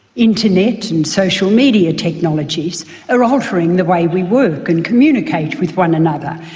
internet and social media technologies are altering the way we work and communicate with one another,